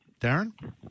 Darren